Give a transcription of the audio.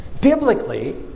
Biblically